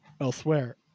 elsewhere